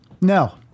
No